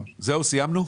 סיימנו?